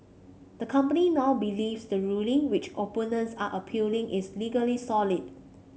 the company now believes the ruling which opponents are appealing is legally solid